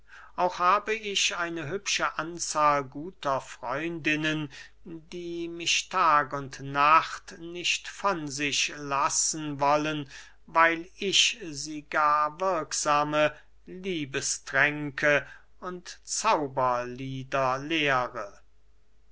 auch habe ich eine hübsche anzahl guter freundinnen die mich tag und nacht nicht von sich lassen wollen weil ich sie gar wirksame liebestränke und zauberlieder lehre